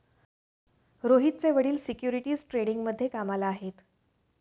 रोहितचे वडील सिक्युरिटीज ट्रेडिंगमध्ये कामाला आहेत